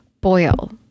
boil